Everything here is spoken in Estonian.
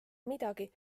midagi